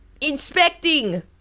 inspecting